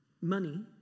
money